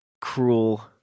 cruel